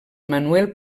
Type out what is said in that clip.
manuel